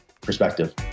perspective